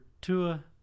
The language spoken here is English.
tua